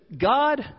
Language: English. God